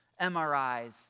MRIs